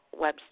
website